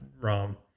Rom